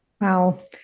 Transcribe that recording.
wow